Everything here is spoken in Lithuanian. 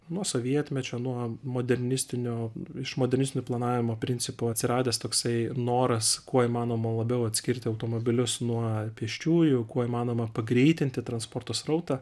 nuo sovietmečio nuo modernistinio iš modernistinių planavimo principų atsiradęs toksai noras kuo įmanoma labiau atskirti automobilius nuo pėsčiųjų kuo įmanoma pagreitinti transporto srautą